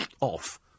off